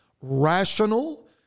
rational